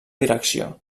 direcció